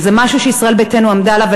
וזה משהו שישראל ביתנו עמדה עליו,